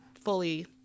fully